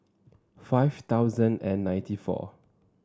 five thousand and ninety four